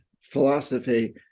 philosophy